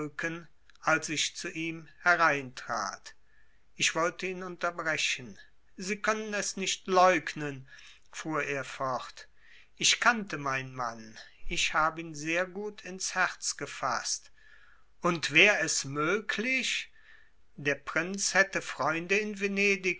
als ich zu ihm hereintrat ich wollte ihn unterbrechen sie können es nicht leugnen fuhr er fort ich kannte meinen mann ich hab ihn sehr gut ins herz gefaßt und wär es möglich der prinz hätte freunde in venedig